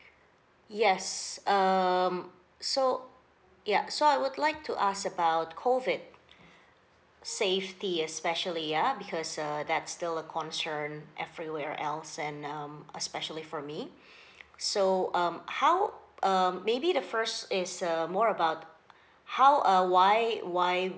yes um so ya so I would like to ask about COVID safety especially ya because uh that's still a concern everywhere else and um especially for me so um how um maybe the first is uh more about how uh why why